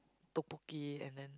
tteokbokki and then